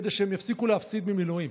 כדי שהם יפסיקו להפסיד ממילואים.